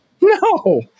No